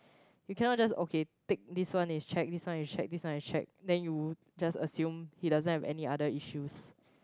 you cannot just okay tick this one is checked this one is checked this one is checked then you just assume he doesn't have any other issues